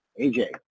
AJ